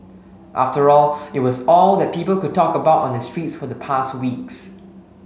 after all it was all that people could talk about on the streets for the past weeks